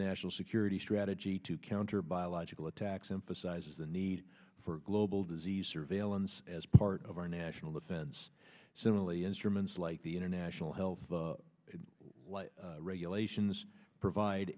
national security strategy to counter biological attacks emphasizes the need for global disease surveillance as part of our national defense similarly instruments like the international health regulations provide